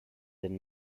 and